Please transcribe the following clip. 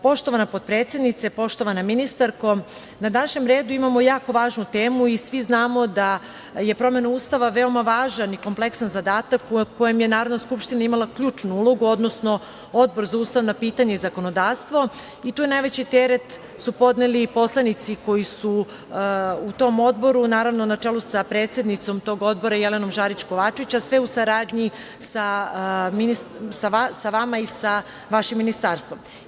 Poštovana potpredsednice, poštovana ministarko, na današnjem redu imamo jako važnu temu i svi znamo da je promena Ustava veoma važan i kompleksan zadatak u kome je Narodna skupština imala ključnu ulogu, odnosno Odbor za ustavna pitanja i zakonodavstvo i tu su najveći teret podneli poslanici koji su u tom odboru, na čelu sa predsednicom odbora, Jelenom Žarić Kovačević, a sve u saradnji sa vama ministarko i sa vašim ministarstvom.